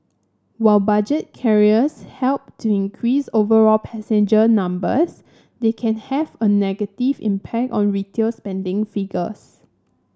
while budget carriers help to increase overall passenger numbers they can have a negative impact on retail spending figures